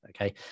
Okay